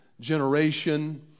generation